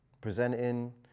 presenting